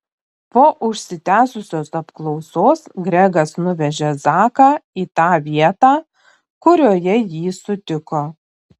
po užsitęsusios apklausos gregas nuvežė zaką į tą vietą kurioje jį sutiko